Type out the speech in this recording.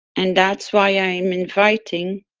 and that's why i'm inviting